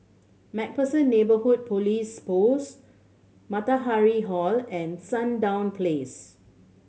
Macpherson Neighbourhood Police Post Matahari Hall and Sandown Place